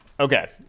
Okay